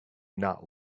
not